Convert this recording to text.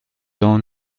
own